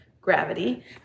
gravity